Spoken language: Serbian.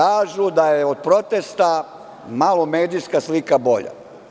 Sada kažu da je od protesta malo medijska slika bolja.